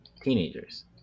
teenagers